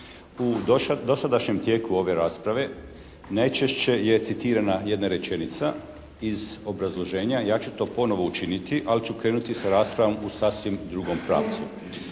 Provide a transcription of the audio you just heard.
U dosadašnjem tijeku ove rasprave najčešće je citirana jedna rečenica, iz obrazloženja, ja ću to ponovo učiniti, ali ću krenuti sa raspravom u sasvim drugom pravcu.